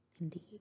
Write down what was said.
indeed